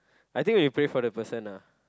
I think we pray for the person lah